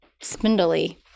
spindly